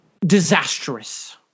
disastrous